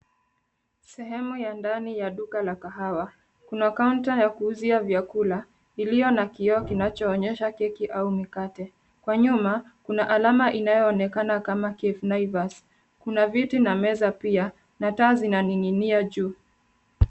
Sehemu ya ndani ya duka la kahawa. Kuna counter ya kuuzia vyakula iliyo na kioo kinachoonyesha keki au mikate. Kwa nyuma, kuna alama inayoonekana kama cafe naivas. Kuna viti na meza pia, na taa zinaning'inia juu.